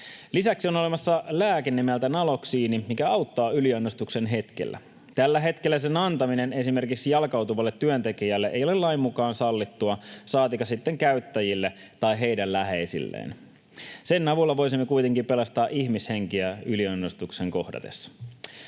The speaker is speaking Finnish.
Lisäksi on olemassa lääke nimeltä naloksiini, joka auttaa yliannostuksen hetkellä. Tällä hetkellä sen antaminen esimerkiksi jalkautuvalle työntekijälle ei ole lain mukaan sallittua, saatikka sitten käyttäjille tai heidän läheisilleen. Sen avulla voisimme kuitenkin pelastaa ihmishenkiä yliannostuksen kohdatessa.